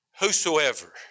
whosoever